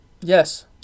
Yes